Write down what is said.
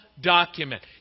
document